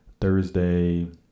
thursday